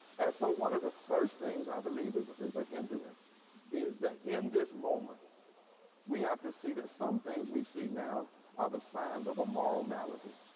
so one of the first things i believe is is a hindrance is that in this moment we have to see that some things we see now are the signs of a moral reality.